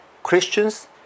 Christians